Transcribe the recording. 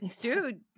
dude